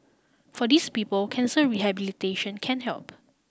for these people cancer rehabilitation can help